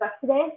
today